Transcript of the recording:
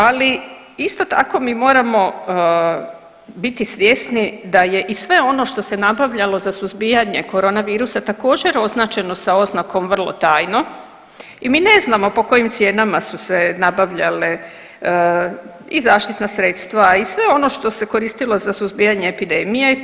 Ali isto tako mi moramo biti svjesni da je i sve ono što se nabavljalo za suzbijanje koronavirusa također označeno sa oznakom vrlo tajno i mi ne znamo po kojim cijenama su se nabavljale i zaštitna sredstva i sve ono što se koristilo za suzbijanje epidemije.